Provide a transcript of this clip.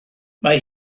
mae